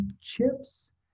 chips